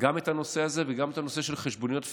גם הנושא הזה וגם הנושא של חשבוניות פיקטיביות.